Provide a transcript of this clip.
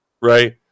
right